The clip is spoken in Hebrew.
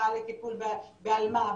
מחלקה לטיפול באלמ"ב,